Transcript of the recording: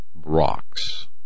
Rocks